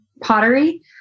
pottery